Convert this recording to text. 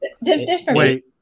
wait